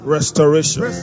Restoration